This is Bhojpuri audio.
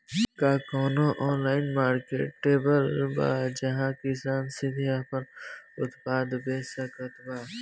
का कउनों ऑनलाइन मार्केटप्लेस बा जहां किसान सीधे आपन उत्पाद बेच सकत बा?